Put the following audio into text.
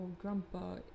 grandpa